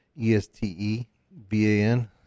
E-S-T-E-B-A-N